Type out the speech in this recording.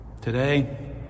Today